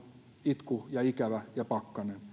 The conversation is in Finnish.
itku ja ikävä ja pakkanen